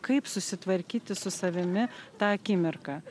kaip susitvarkyti su savimi tą akimirką